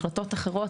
החלטות אחרות,